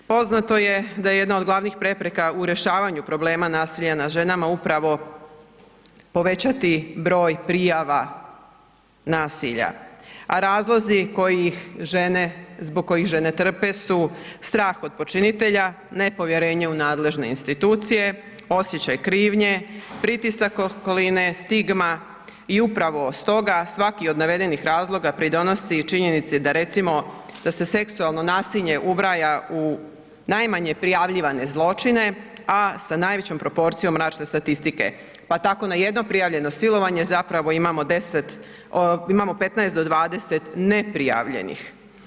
Poznato je da je jedna od glavnih prepreka u rješavanju problema nasilja nad ženama upravo povećati broj prijava nasilja, a razlozi koji ih žene, zbog kojih žene trpe su strah od počinitelja, nepovjerenje u nadležne institucije, osjećaj krivnje, pritisak okoline, stigma i upravo stoga svaki od navedenih razloga pridonosi činjenici da recimo, da se seksualno nasilje ubraja u najmanje prijavljivane zločine, a sa najvećom proporcijom mračne statistike, pa tako na jedno prijavljeno silovanje zapravo imamo 10 imamo 15 do 20 neprijavljenih.